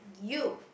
you